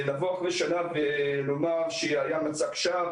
לבוא אחרי שנה ולומר שהיה מצג שווא,